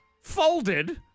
Folded